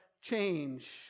change